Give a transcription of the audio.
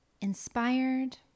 Inspired